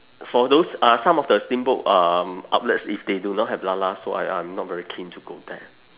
for those uh some of the steamboat um outlets if they do not have 啦啦 so I I'm not very keen to go there